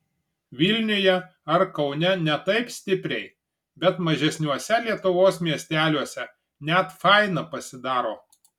vilniuje ar kaune ne taip stipriai bet mažesniuose lietuvos miesteliuose net faina pasidaro